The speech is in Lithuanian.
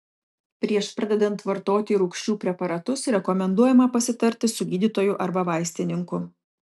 prieš pradedant vartoti rūgčių preparatus rekomenduojama pasitarti su gydytoju arba vaistininku